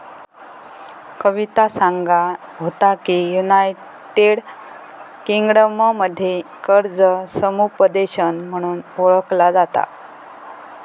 कविता सांगा होता की, युनायटेड किंगडममध्ये कर्ज समुपदेशन म्हणून ओळखला जाता